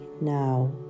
now